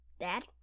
Dad